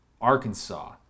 Arkansas